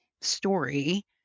story